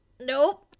Nope